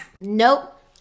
Nope